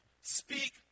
Speak